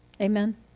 Amen